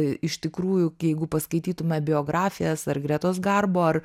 iš tikrųjų jeigu paskaitytume biografijas ar gretos garbo ar